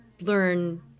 learn